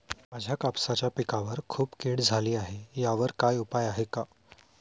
माझ्या कापसाच्या पिकावर खूप कीड झाली आहे यावर काय उपाय आहे का?